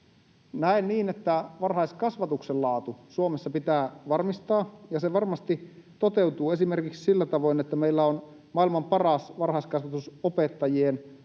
Näen niin, että varhaiskasvatuksen laatu Suomessa pitää varmistaa, ja se varmasti toteutuu esimerkiksi sillä tavoin, että meillä on maailman paras varhaiskasvatusopettajien